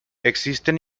existen